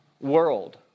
world